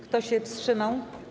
Kto się wstrzymał?